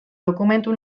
dokumentu